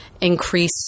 increase